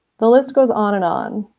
the list goes on and on.